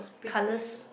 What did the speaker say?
colours